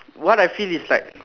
what I feel is like